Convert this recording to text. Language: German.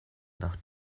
nach